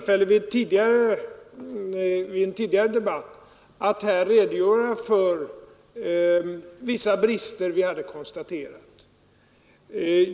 Jag hade i en tidigare debatt tillfälle att här redogöra för vissa brister vi hade konstaterat.